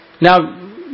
Now